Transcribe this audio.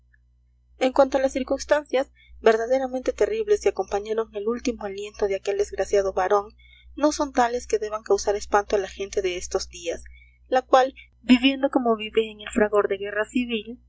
en cuanto a las circunstancias verdaderamente terribles que acompañaron al último aliento de aquel desgraciado varón no son tales que deban causar espanto a la gente de estos días la cual viviendo como vive en el fragor de guerra civil